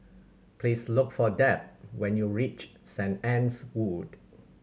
please look for Deb when you reach Saint Anne's Wood